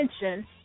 attention